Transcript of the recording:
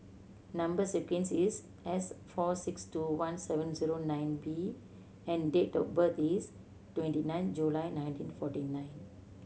number sequence is S four six two one seven zero nine B and date of birth is twenty nine July nineteen forty nine